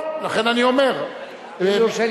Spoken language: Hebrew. אדוני,